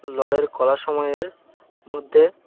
লড়াইয়ের কলাসমূহের মধ্যে